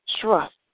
trust